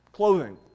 clothing